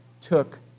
took